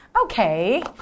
Okay